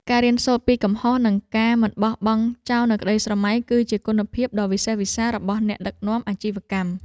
ការរៀនសូត្រពីកំហុសនិងការមិនបោះបង់ចោលនូវក្តីស្រមៃ គឺជាគុណសម្បត្តិដ៏វិសេសវិសាលរបស់អ្នកដឹកនាំអាជីវកម្ម។